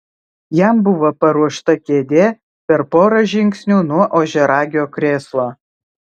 jam buvo paruošta kėdė per porą žingsnių nuo ožiaragio krėslo